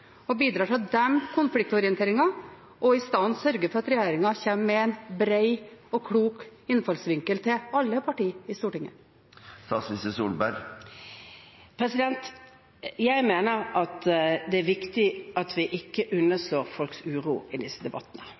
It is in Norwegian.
bidrar til å dempe konfliktorienteringen og i stedet sørger for at regjeringen kommer med en bred og klok innfallsvinkel til alle partier i Stortinget? Jeg mener at det er viktig at vi ikke underslår folks uro i disse debattene.